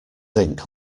ink